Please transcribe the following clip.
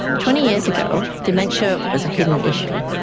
twenty years ago dementia was a hidden issue.